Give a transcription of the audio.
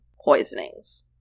poisonings